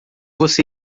você